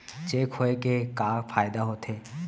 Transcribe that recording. Cheque होए के का फाइदा होथे?